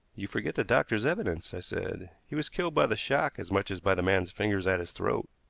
you forget the doctor's evidence, i said. he was killed by the shock as much as by the man's fingers at his throat.